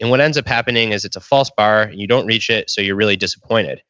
and what ends up happening is it's a false bar and you don't reach it, so you're really disappointed